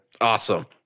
Awesome